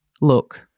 look